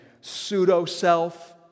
pseudo-self